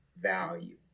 value